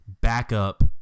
backup